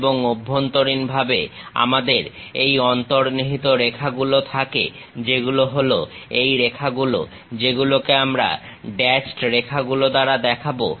এবং অভ্যন্তরীণভাবে আমাদের এই অন্তর্নিহিত রেখাগুলো থাকে যেগুলো হলো এই রেখাগুলো যেগুলোকে আমরা ড্যাশড রেখাগুলো দ্বারা দেখাবো